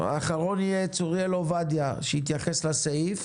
האחרון יהיה צוריאל עובדיה שיתייחס סעיף.